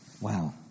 Wow